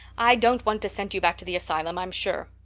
i don't want to send you back to the asylum, i'm sure.